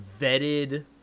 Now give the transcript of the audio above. vetted